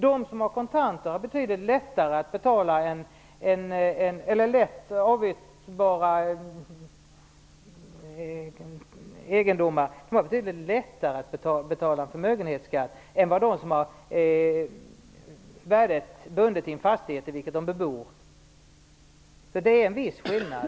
De som har kontanter eller egendomar som är lätta att avyttra har betydligt lättare att betala en förmögenhetsskatt än vad de har som har värdet bundet i en fastighet som de bebor. Det är en viss skillnad.